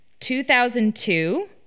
2002